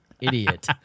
idiot